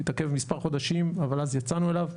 התעכב מספר חודשים אבל אז יצאנו אליו.